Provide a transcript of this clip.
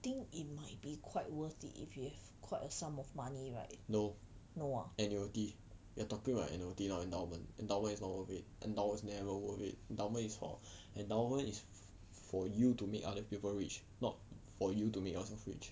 no annuity you are talking about annuity now not endowment endowment is not worth it endowment is never worth it endowment is for endowment is for you to make other people rich not for you to make yourself rich